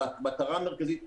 אבל המטרה המרכזית,